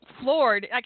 floored